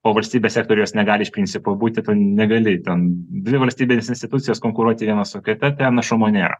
o valstybės sektoriuos negali iš principo būti negali ten dvi valstybinės institucijos konkuruoti viena su kita ten našumo nėra